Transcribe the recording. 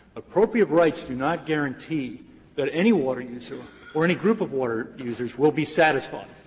appropriative rights do not guarantee that any water user or any group of water users will be satisfied.